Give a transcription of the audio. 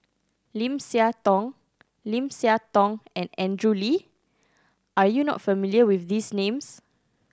Lim Siah Tong Lim Siah Tong and Andrew Lee are you not familiar with these names